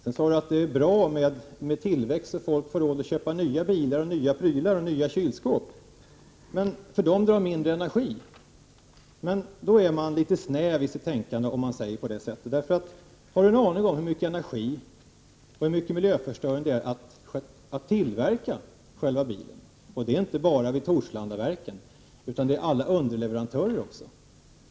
Han sade vidare att det är bra med tillväxt så att folk får råd att köpa nya bilar, nya prylar och kylskåp, för de drar mindre energi. Men säger man på det sättet är man litet snäv i sitt tänkande. Har han någon aning om hur mycket energi och miljöförstöring det kostar att tillverka en bil? Det handlar inte bara om Torslandaverken, utan också om alla underleverantörer.